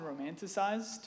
romanticized